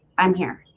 i'm here.